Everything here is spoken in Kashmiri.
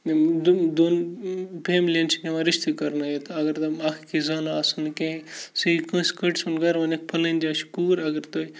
دۄن فیملیَن چھِنہٕ یِوان رِشتہٕ کرنٲیِتھ اَگر تِم اکھ أکِس زانان آسَن نہ کیٚنٛہہ سُہ یی کٲنٛسہِ کٔٹۍ سُنٛد گرٕ وۄنِکھ پھٕلٲنۍ جایہِ چھِ کوٗر اگر تُہۍ